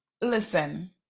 listen